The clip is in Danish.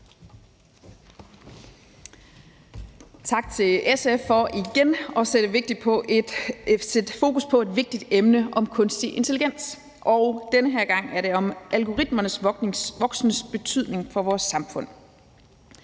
Tak til SF for igen at sætte fokus på et vigtigt emne om kunstig intelligens, og denne gang er det om algoritmernes voksende betydning for vores samfund.